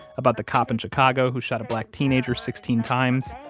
about the cop in chicago who shot a black teenager sixteen times,